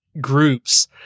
groups